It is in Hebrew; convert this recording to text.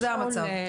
זה המצב.